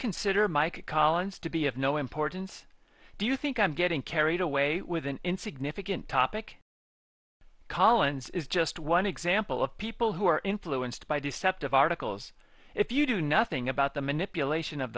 consider mike collins to be of no importance do you think i'm getting carried away with an insignificant topic collins is just one example of people who are influenced by deceptive articles if you do nothing about the manipulation of